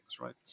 right